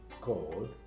called